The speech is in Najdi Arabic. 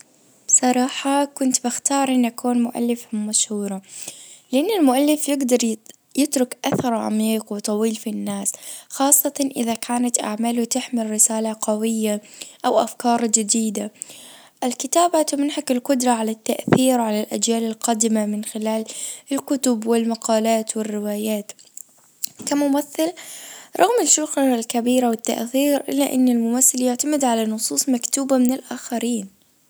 بصراحة كنت بختار اني اكون مؤلفة ومشهورة لان المؤلف يجدر يترك اثر عميق وطويل في الناس خاصة اذا كانت اعماله تحمل رسالة قوية او افكار جديدة الكتابة تمنحك القدرة على التأثير على الاجيال القادمة من خلال الكتب والمقالات والروايات. كممثل رغم الشهرة الكبيرة والتأثير الا ان الممثل يعتمد على نصوص مكتوبة من الاخرين